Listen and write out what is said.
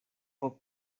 for